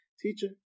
teacher